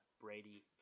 Brady